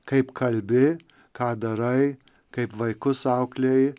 kaip kalbi ką darai kaip vaikus auklėji